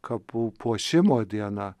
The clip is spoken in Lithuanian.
kapų puošimo diena